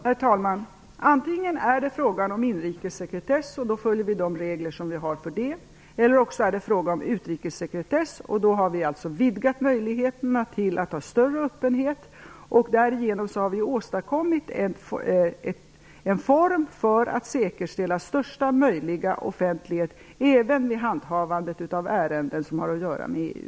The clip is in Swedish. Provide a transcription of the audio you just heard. Herr talman! Antingen är det fråga om inrikessekretess, och då följer vi de regler som gäller där, eller också är det fråga om utrikessekretess, och då har vi vidgat möjligheterna till större öppenhet. Därigenom har vi åstadkommit en form för att säkerställa största möjliga offentlighet även med handhavandet med ärenden som har att göra med EU.